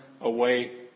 away